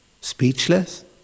Speechless